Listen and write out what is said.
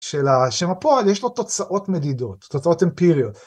של השם הפועל יש לו תוצאות מדידות, תוצאות אמפיריות.